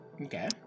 Okay